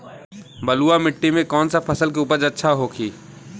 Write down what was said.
बलुआ मिट्टी में कौन सा फसल के उपज अच्छा होखी?